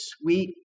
sweet